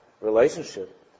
relationship